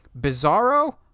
Bizarro